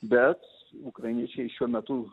bet ukrainiečiai šiuo metu